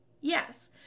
Yes